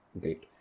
great